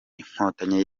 inkotanyi